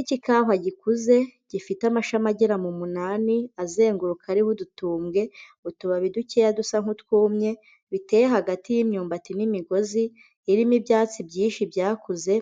Igiti cy'ikawa gikuze gifite amashami agera mu munani azenguruka ariho udutumbwe, utubabi dukeya dusa nk'utwumye, biteye hagati y'imyumbati n'imigozi irimo ibyatsi byinshi byakuze